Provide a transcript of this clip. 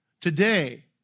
Today